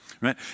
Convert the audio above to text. right